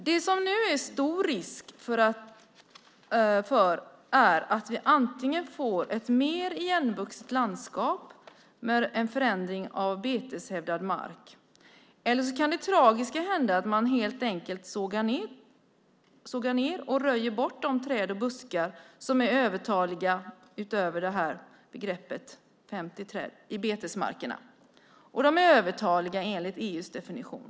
Det som nu är en stor risk är att vi antingen får ett mer igenvuxet landskap med en förändring av beteshävdad mark eller så kan det tragiska hända att man helt enkelt sågar ned och röjer bort de träd och buskar som är övertaliga i förhållande till detta med 50 träd i betesmarkerna. De är övertaliga enligt EU:s definition.